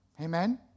Amen